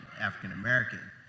African-American